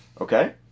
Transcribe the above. okay